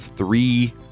three